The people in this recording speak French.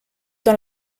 dans